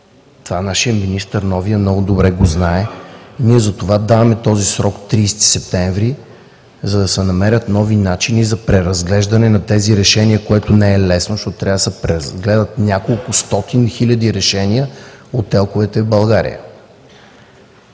Това нашият нов министър много добре го знае. Ние затова даваме този срок 30 септември, за да се намерят нови начини за преразглеждане на тези решения, което не е лесно, защото трябва да се преразгледат няколкостотин хиляди решения от ТЕЛК-овете в България.